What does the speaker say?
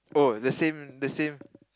oh the same the same